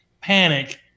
panic